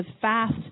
fast